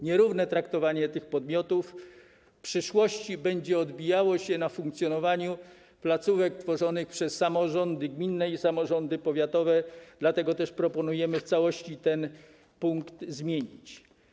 Nierówne traktowanie tych podmiotów w przyszłości będzie odbijało się na funkcjonowaniu placówek tworzonych przez samorządy gminne i samorządy powiatowe, dlatego też proponujemy w całości ten punkt zmienić.